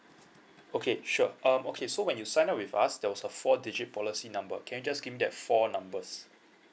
okay sure um okay so when you sign up with us there was a four digit policy number can you just give me that four numbers